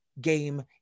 game